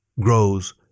Grows